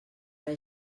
era